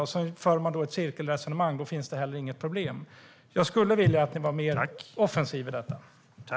På det viset för man ett cirkelresonemang, och då finns det heller inget problem.